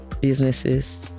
businesses